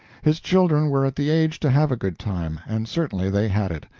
his children were at the age to have a good time, and certainly they had it.